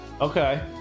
Okay